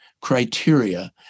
criteria